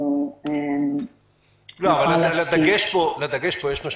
אבל לדגש פה יש משמעות.